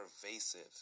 pervasive